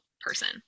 person